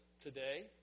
today